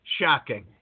Shocking